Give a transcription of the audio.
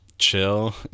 chill